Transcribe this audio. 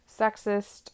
sexist